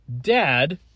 dad